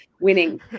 winning